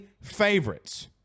favorites